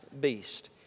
beast